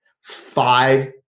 five